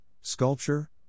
sculpture